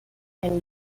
and